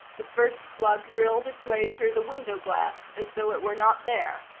the first slug drilled its way through the window glass as though it were not there,